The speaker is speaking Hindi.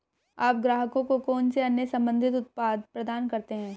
आप ग्राहकों को कौन से अन्य संबंधित उत्पाद प्रदान करते हैं?